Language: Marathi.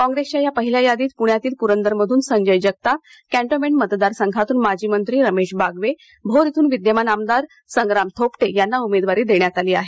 कॉंग्रेसच्या या पहिल्या यादीत पुण्यातील पुरंदरमधून संजय जगताप कॅन्टोन्मेंट मतदार संघातून माजी मंत्री रमेश बागवे भोर इथ्रन विद्यमान आमदार संग्राम थोपटे यांना उमेदवारी देण्यात आली आहे